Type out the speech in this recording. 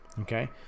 Okay